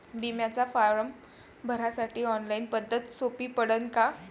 बिम्याचा फारम भरासाठी ऑनलाईन पद्धत सोपी पडन का?